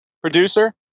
producer